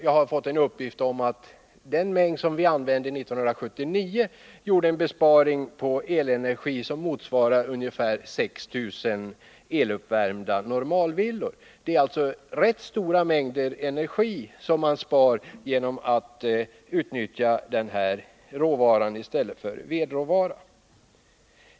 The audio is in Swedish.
Jag har en uppgift om att den mängd råvara som vi använde 1979 innebar en besparing på elenergi som ungefärligen motsvarar vad som behövs för 6 000 eluppvärmda normalvillor. Det är alltså rätt stora mängder energi som man sparar genom att utnyttja den här råvaran i stället för vedråvaran.